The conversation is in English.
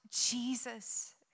Jesus